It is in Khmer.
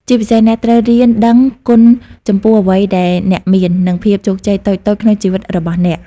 ជាពិសេស អ្នកត្រូវរៀនដឹងគុណចំពោះអ្វីដែលអ្នកមាន និងភាពជោគជ័យតូចៗក្នុងជីវិតរបស់អ្នក។